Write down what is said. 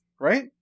right